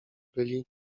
byli